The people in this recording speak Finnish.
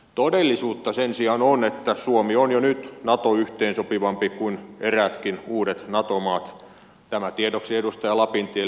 todellisuutta sen sijaan on että suomi on jo nyt nato yhteensopivampi kuin eräätkin uudet nato maat tämä tiedoksi edustaja lapintielle